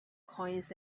coins